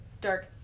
dark